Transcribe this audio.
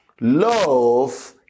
Love